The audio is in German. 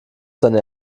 seine